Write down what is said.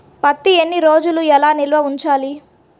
పత్తి ఎన్ని రోజులు ఎలా నిల్వ ఉంచాలి?